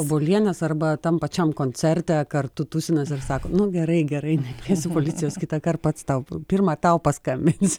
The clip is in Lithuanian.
obuolienes arba tam pačiam koncerte kartu tūsinas ir sako nu gerai gerai nekviesiu policijos kitąkart pats tau pirma tau paskambinsiu